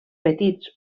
petits